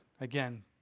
again